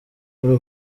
muri